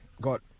got